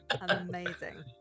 Amazing